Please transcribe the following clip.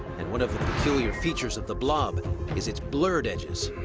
and one of the peculiar features of the blob is its blurred edges.